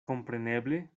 kompreneble